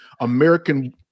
American